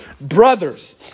brothers